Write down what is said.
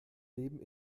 leben